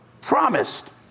promised